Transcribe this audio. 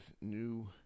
new